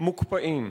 מוקפאים.